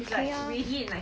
okay ah